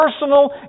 personal